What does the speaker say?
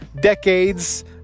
decades